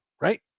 right